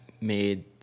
made